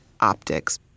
optics